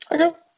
Okay